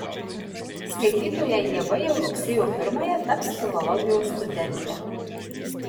skaitytoja ieva jau rugsėjo pirmąją taps filologijos studente